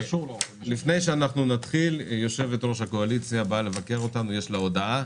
לפני שנתחיל, יושבת-ראש הקואליציה יש לה הודעה.